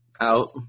out